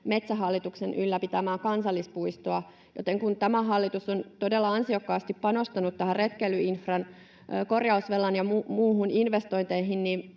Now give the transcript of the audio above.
Metsähallituksen ylläpitämää kansallispuistoa, että kun tämä hallitus on todella ansiokkaasti panostanut retkeilyinfran korjausvelka‑ ja muihin investointeihin,